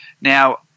Now